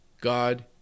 God